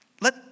let